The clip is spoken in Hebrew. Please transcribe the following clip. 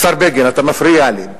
השר בגין, אתה מפריע לי.